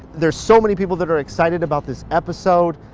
there's so many people that are excited about this episode,